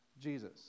Jesus